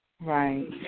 Right